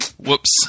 Whoops